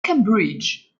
cambridge